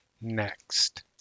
next